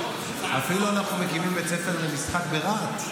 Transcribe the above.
אפילו אנחנו מקימים בית ספר למשחק ברהט.